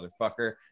motherfucker